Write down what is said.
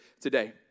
today